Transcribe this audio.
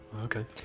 Okay